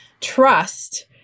trust